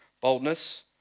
Boldness